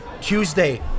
tuesday